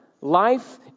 Life